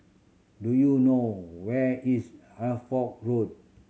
do you know where is Hertford Road